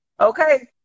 Okay